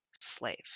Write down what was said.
slave